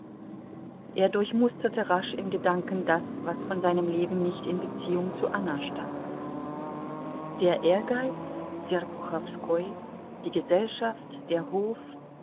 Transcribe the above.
er durchmusterte rasch in gedanken das was von seinem leben nicht in beziehung zu anna stand der ehrgeiz serpuchowskoi die gesellschaft der hof